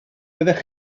fyddech